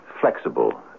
flexible